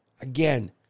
Again